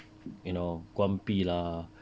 you know 关闭 lah